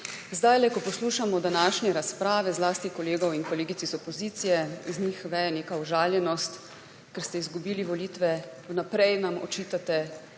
strani! Ko poslušamo današnje razprave, zlasti kolegov in kolegic iz opozicije, iz njih veje neka užaljenost, ker ste izgubili volitve. Vnaprej nam očitate,